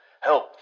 help